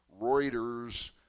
Reuters